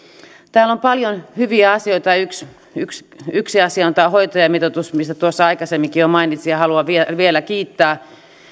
täällä on paljon hyviä asioita yksi yksi asia on tämä hoitajamitoitus mistä tuossa aikaisemminkin jo mainitsin haluan vielä kiittää